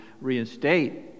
reinstate